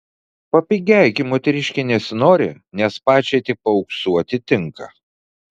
papigiai gi moteriškei nesinori nes pačiai tik paauksuoti tinka